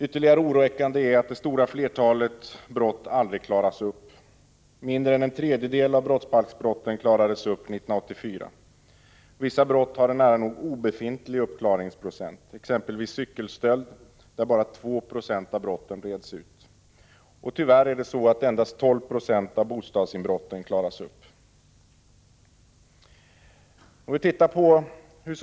Ytterligare oroväckande är att det stora flertalet brott aldrig klaras upp. Mindre än en tredjedel av brottsbalksbrotten klarades upp 1984. Vissa brott har en nära nog obefintlig uppklaringsprocent, exempelvis cykelstölder där bara 2 26 av brotten utreds. Och tyvärr är det bara 12 96 av bostadsinbrotten som klaras upp.